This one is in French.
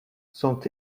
sont